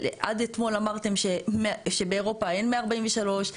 עד אתמול אמרתם שבאירופה אין 143,